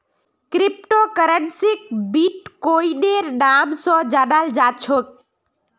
crypto करन्सीक बिट्कोइनेर नाम स जानाल जा छेक